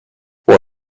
what